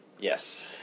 Yes